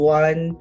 one